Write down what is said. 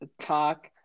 talk